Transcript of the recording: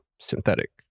synthetic